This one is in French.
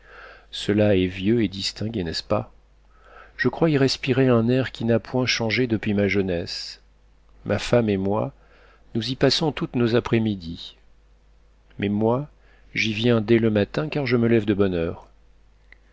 cela est vieux et distingué n'est-ce pas je crois y respirer un air qui n'a point changé depuis ma jeunesse ma femme et moi nous y passons toutes nos après-midi mais moi j'y viens dès le matin car je me lève de bonne heure